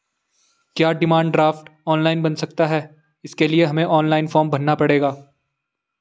क्या demand draft online बन सकता है इसके लिए हमें ऑनलाइन फॉर्म भरना पड़ेगा?